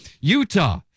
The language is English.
Utah